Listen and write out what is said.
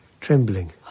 trembling